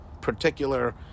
particular